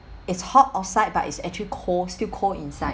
it's hot outside but it's actually cold still cold inside